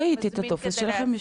ראיתי את הטופס שלכם,